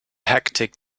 hectic